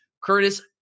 Curtis